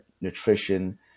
nutrition